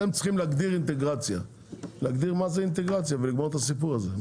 אתם צריכים להגדיר מה זו אינטגרציה ולגמור את הסיפור הזה.